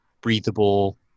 breathable